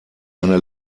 eine